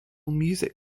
music